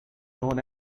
known